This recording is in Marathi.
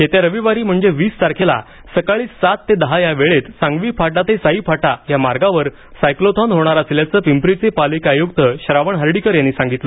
येत्या रविवारी म्हणजे वीस तारखेला सकाळी सात ते दहा या वेळेत सांगवी फाटा ते साई फाटा या मार्गावर सायक्लोथॉन होणार असल्याचं पिंपरीचे पालिका आयुक्त श्रावण हर्डीकर यांनी सांगितलं